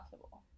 possible